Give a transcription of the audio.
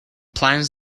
plans